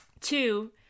two